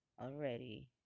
already